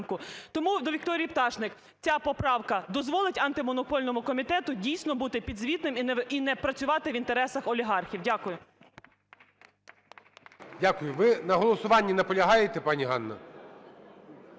Тому – до Вікторії Пташник. Ця поправка дозволить Антимонопольному комітету, дійсно, бути підзвітним і не працювати в інтересах олігархів? Дякую. ГОЛОВУЮЧИЙ. Дякую. Ви на голосуванні наполягаєте, пані Ганно?